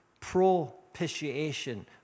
propitiation